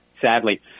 sadly